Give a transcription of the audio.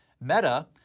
Meta